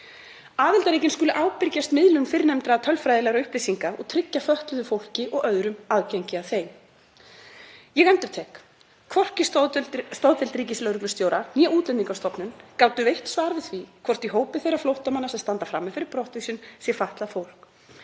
Aðildarríkin skulu ábyrgjast miðlun fyrrnefndra tölfræðilegra upplýsinga og tryggja fötluðu fólki og öðrum aðgengi að þeim. Ég endurtek: Hvorki stoðdeild ríkislögreglustjóra né Útlendingastofnun gátu veitt svar við því hvort í hópi þeirra flóttamanna sem standa frammi fyrir brottvísun sé fatlað fólk.